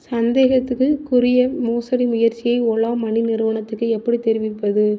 சந்தேகத்துக்குரிய மோசடி முயற்சியை ஓலா மணி நிறுவனத்துக்கு எப்படித் தெரிவிப்பது